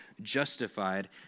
justified